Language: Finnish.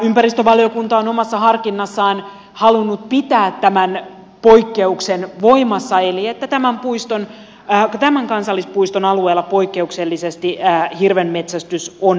ympäristövaliokunta on omassa harkinnassaan halunnut pitää tämän poikkeuksen voimassa eli sen että tämän kansallispuiston alueella poikkeuksellisesti hirvenmetsästys on sallittua